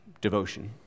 devotion